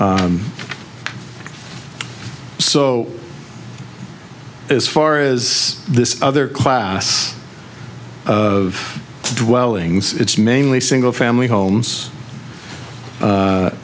so as far as this other class of dwellings it's mainly single family homes